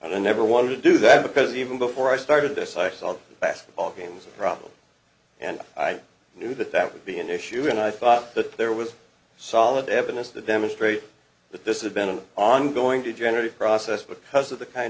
i never want to do that because even before i started this i saw basketball games a problem and i knew that that would be an issue and i thought that there was solid evidence that demonstrate that this event an on going to generate process because of the kind